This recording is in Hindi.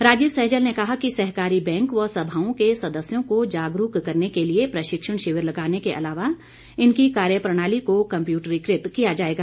राजीव सहजल ने कहा कि सहकारी बैंक व सभाओं के सदस्यों को जागरूक करने के लिए प्रशिक्षण शिविर लगाने के अलावा इनकी कार्यप्रणाली को कम्प्यूटरीकृत किया जाएगा